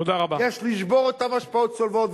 יש לשבור את אותן השפעות צולבות.